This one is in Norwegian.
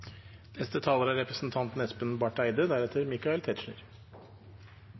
Neste talar er Petter Eide.